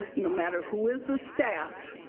no matter who is the staff,